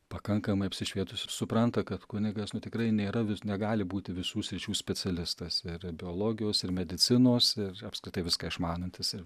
pakankamai apsišvietus ir supranta kad kunigas nu tikrai nėra vi negali būti visų sričių specialistas ir biologijos ir medicinos ir apskritai viską išmanantis ir